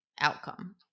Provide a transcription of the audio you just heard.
outcome